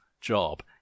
job